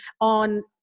on